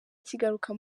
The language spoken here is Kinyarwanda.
kigaruka